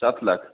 सात लाख